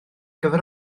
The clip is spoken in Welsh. gyfer